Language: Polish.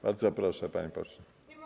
Bardzo proszę, panie pośle.